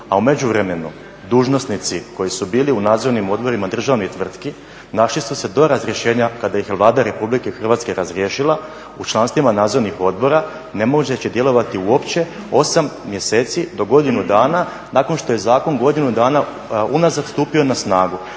a u međuvremenu dužnosnici koji su bili u nadzornim odborima državnih tvrtki našli su se do razrješenja kada ih je Vlada Republike Hrvatske razriješila u članstvima nadzornih odbora …/Govornik se ne razumije./… djelovati uopće 8 mjeseci do godinu dana nakon što je zakon godinu dana unazad stupio na snagu.